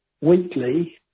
weekly